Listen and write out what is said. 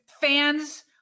fans